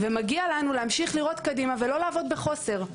ומגיע לנו להמשיך לראות קדימה ולא לעבוד בחוסר.